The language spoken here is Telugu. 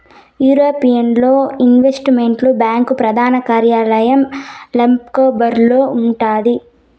యూరోపియన్ ఇన్వెస్టుమెంట్ బ్యాంకు ప్రదాన కార్యాలయం లక్సెంబర్గులో ఉండాది